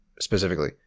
specifically